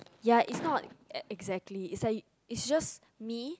ya is not exactly is like is just me